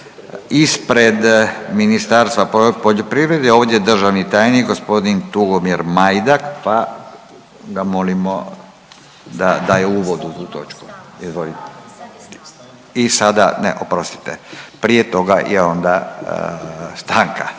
Ispred Ministarstva poljoprivrede ovdje je državni tajnik gospodin Tugomir Majdak, pa ga molimo da daje uvod u tu točku. Izvolite. I sada,